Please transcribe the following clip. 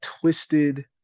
twisted